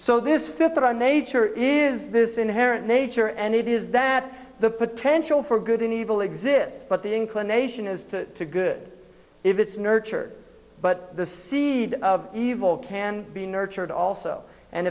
so this fits of our nature is this inherent nature and it is that the potential for good and evil exists but the inclination is to good if it's nurtured but the seed of evil can be nurtured also and